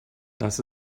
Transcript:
das